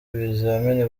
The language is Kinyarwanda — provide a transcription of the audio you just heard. ibizamini